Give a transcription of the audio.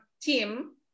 team